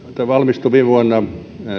valmistui viime vuonna